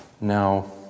Now